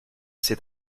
c’est